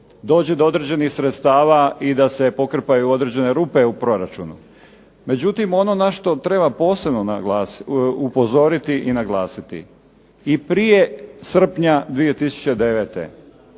dođe do određenih sredstava i da se pokrpaju određene rupe u proračunu. Međutim ono na što treba posebno upozoriti i naglasiti, i prije srpanja 2009.